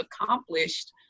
accomplished